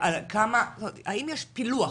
האם יש פילוח?